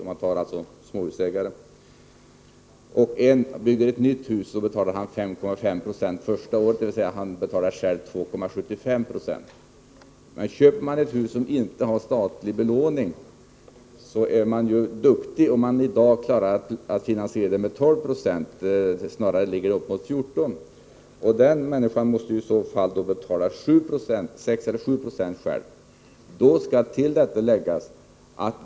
Om en person bygger ett nytt hus är ränteutgiften 5,5 90 det första året, och han betalar själv 2,75 96. Om han i stället köper ett hus som inte har statlig belåning, är vederbörande duktig om han i dag klarar att finansiera köpet med låneräntor 12 Yo — snarare ligger räntan uppåt 14 26. Den personen måste i så fall betala 6-7 96 själv.